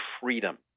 freedom